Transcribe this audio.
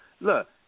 look